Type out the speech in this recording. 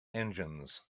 engines